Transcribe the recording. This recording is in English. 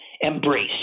embrace